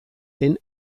den